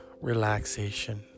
Relaxation